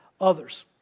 others